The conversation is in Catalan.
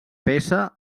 peça